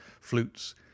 flutes